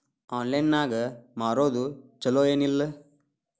Online ನಾಗ್ ಮಾರೋದು ಛಲೋ ಏನ್ ಇಲ್ಲ?